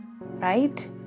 right